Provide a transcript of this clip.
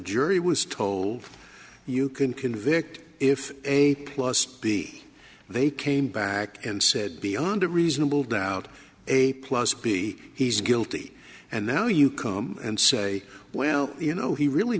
jury was told you can convict if a plus b they came back and said beyond a reasonable doubt a plus b he's guilty and now you come and say well you know he really